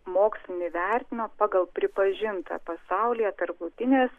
mokslinį vertinimą pagal pripažintą pasaulyje tarptautinės